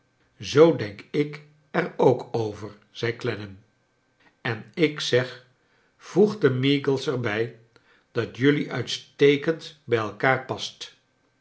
zoo denk ik er ook over zei clennam en ik zeg voegde meagles er bij dat jullie uitstekend bij elkaar past